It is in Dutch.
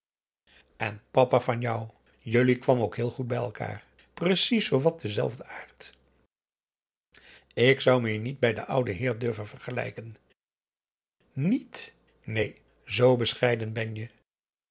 en papa van jou jullie kwam ook heel goed bij elkaar precies zoowat denzelfden aard ik zou mij niet bij den ouden heer durven vergelijken niet neen zoo bescheiden ben je